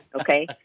okay